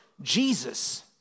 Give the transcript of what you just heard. Jesus